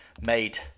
made